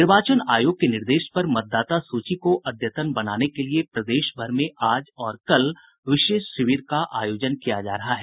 निर्वाचन आयोग के निर्देश पर मतदाता सूची को अद्यतन बनाने के लिए प्रदेश भर में आज और कल विशेष शिविर का आयोजन किया जा रहा है